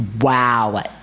Wow